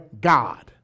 God